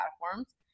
platforms